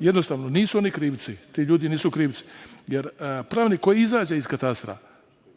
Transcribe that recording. Jednostavno, nisu oni krivci, ti ljudi nisu krivci, jer pravnik koji izađe iz katastra,